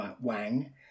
Wang